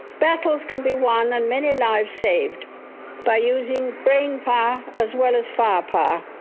battles can be won and many lives saved by using brain power as well as firepower,